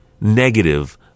negative